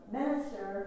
minister